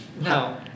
No